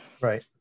Right